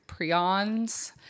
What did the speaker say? Prions